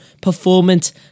performance